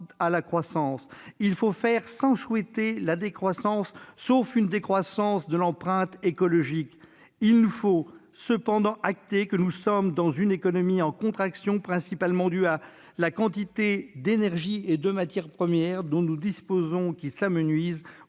et sans souhaiter la décroissance, sauf une décroissance de l'empreinte écologique. Il nous faut cependant acter que nous sommes dans une économie en contraction, principalement à cause de la quantité d'énergie et de matières premières dont nous disposons qui s'amenuise